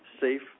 safe